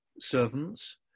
servants